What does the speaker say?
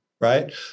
right